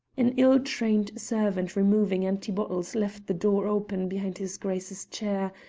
an ill-trained servant removing empty bottles left the door open behind his grace's chair,